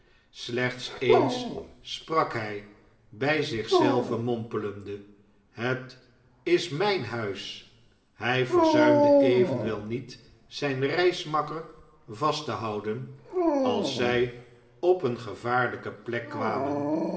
slechts eens sprak hij bij zich zelven mompelende het is mijn huis hij verzuimde evenwel niet zijn reismakker vast te houden als zij op eene gevaarlijke plek kwamen